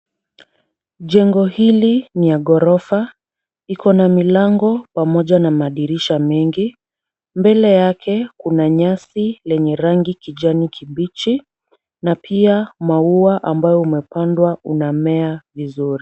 Jengo hili ni ya ghorofa. Iko na milango pamoja na madirisha mingi. Mbele yake, kuna nyasi lenye rangi kijani kibichi na pia maua ambayo imepandwa unamea vizuri.